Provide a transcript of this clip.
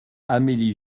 amélie